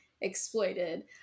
exploited